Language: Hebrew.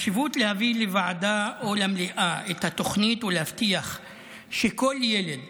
יש חשיבות להביא לוועדה או למליאה את התוכנית ולהבטיח שכל ילד